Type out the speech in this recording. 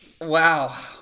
Wow